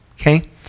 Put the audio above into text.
Okay